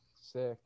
Sick